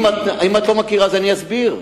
אם את לא יודעת, אני אסביר: